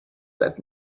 said